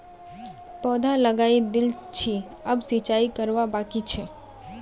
पौधा लगइ दिल छि अब सिंचाई करवा बाकी छ